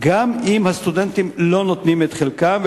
גם אם הסטודנטים לא נותנים את חלקם,